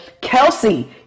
kelsey